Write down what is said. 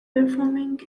performing